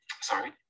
Sorry